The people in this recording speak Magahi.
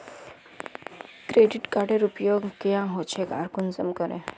क्रेडिट कार्डेर उपयोग क्याँ होचे आर कुंसम करे?